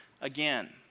again